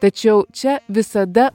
tačiau čia visada